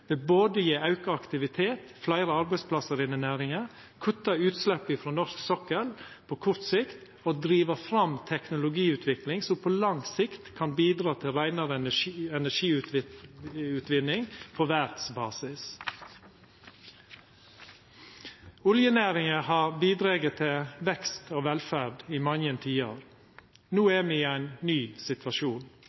gje auka aktivitet, fleire arbeidsplassar i næringa, kutta utslepp frå norsk sokkel på kort sikt, og driva fram teknologiutvikling som på lang sikt kan bidraga til reinare energiutvinning på verdsbasis. Oljenæringa har bidrege til vekst og velferd i mange tiår. No er me i ein ny situasjon,